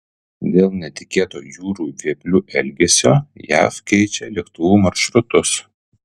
dėl netikėto jūrų vėplių elgesio jav keičia lėktuvų maršrutus